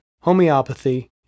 homeopathy